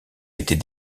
était